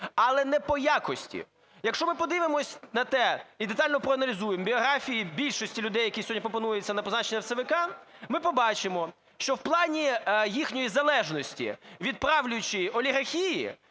Але не по якості. Якщо ми подивимось на те і детально проаналізуємо біографії більшості людей, які сьогодні пропонуються на призначення в ЦВК, ми побачимо, що в плані їхньої залежності від правлячої олігархії,